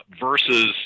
versus